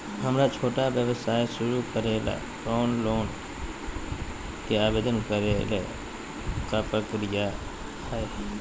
हमरा छोटा व्यवसाय शुरू करे ला के लोन के आवेदन करे ल का प्रक्रिया हई?